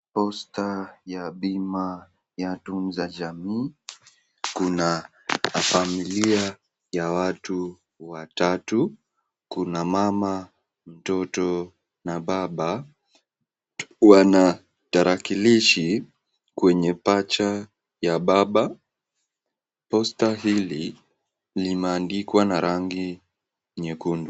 Posta ya bima ya Tunza Jamii. Kuna familia ya watu watatu, kuna mama, mtoto na baba wana tarakilishi kwenye paja ya baba. Posta hili limeandikwa na rangi nyekundu.